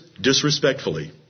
disrespectfully